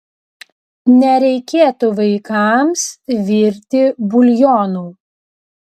nereikėtų vaikams virti buljonų